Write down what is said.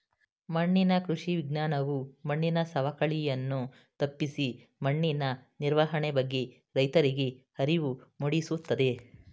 ಮಣ್ಣಿನ ಕೃಷಿ ವಿಜ್ಞಾನವು ಮಣ್ಣಿನ ಸವಕಳಿಯನ್ನು ತಪ್ಪಿಸಿ ಮಣ್ಣಿನ ನಿರ್ವಹಣೆ ಬಗ್ಗೆ ರೈತರಿಗೆ ಅರಿವು ಮೂಡಿಸುತ್ತದೆ